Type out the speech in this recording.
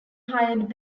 hired